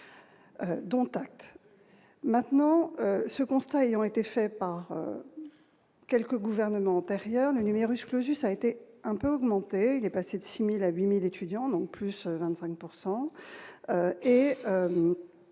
dont acte, maintenant ce constat ont été fait par quelques gouvernements antérieurs le numerus clausus a été un peu augmenté, il est passé de 6000 à 8000 étudiants non plus 25